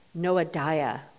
Noadiah